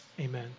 Amen